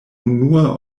unua